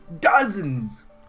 dozens